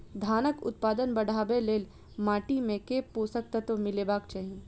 धानक उत्पादन बढ़ाबै लेल माटि मे केँ पोसक तत्व मिलेबाक चाहि?